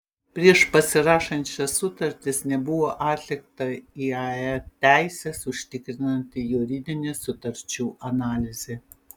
prieš pasirašant šias sutartis nebuvo atlikta iae teises užtikrinanti juridinė sutarčių analizė